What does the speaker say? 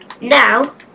now